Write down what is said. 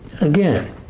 Again